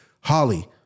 Holly